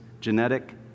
genetic